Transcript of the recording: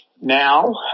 Now